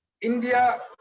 India